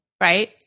right